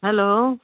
hello